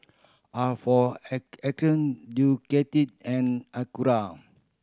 a for Arcade Ducati and Acura